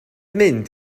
mynd